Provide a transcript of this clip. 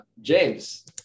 James